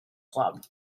club